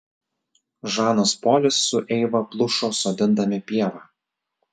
žanas polis su eiva plušo sodindami pievą